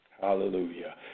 Hallelujah